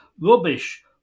Rubbish